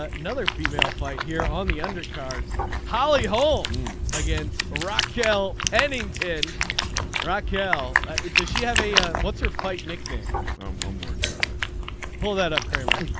ah another female fight here on the undercard holli home against rockwell pennington rockwell does she have a. what's her fight nickname. well um i'm working on pull that up kramer.